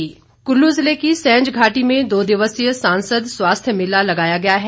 रामस्वरूप कल्लू जिले की सैंज घाटी में दो दिवसीय सांसद स्वास्थ्य मेला लगाया गया है